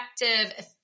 effective